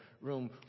room